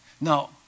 Now